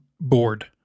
bored